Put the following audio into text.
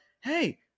hey